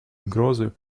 угрозы